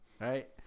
Right